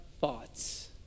thoughts